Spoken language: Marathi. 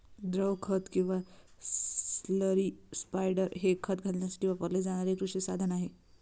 द्रव खत किंवा स्लरी स्पायडर हे खत घालण्यासाठी वापरले जाणारे कृषी साधन आहे